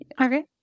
Okay